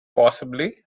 possibly